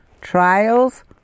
trials